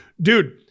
dude